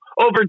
over